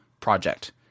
project